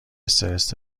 استرس